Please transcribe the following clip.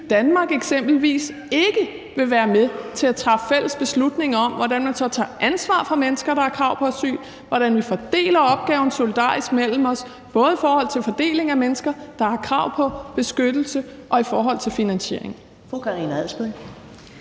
Danmark eksempelvis ikke vil være med til at træffe en fælles beslutning om, hvordan man så tager ansvar for mennesker, der har krav på asyl, hvordan vi fordeler opgaven solidarisk mellem os, både i forhold til fordeling af mennesker, der har krav på beskyttelse, og i forhold til finansiering.